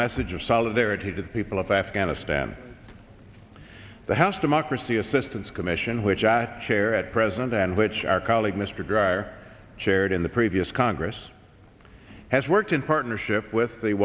message of solidarity to the people of afghanistan the house democracy assistance commission which i chair at present and which our colleague mr dreier chaired in the previous congress has worked in partnership with the